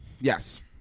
Yes